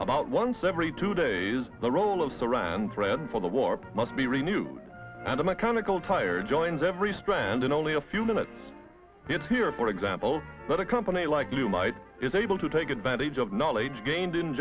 about once every two days the roll of saran thread for the war must be renewed and a mechanical tire joins every strand in only a few minutes here for example but a company like you might is able to take advantage of knowledge gained in